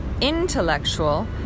Intellectual